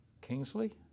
Kingsley